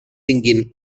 tinguin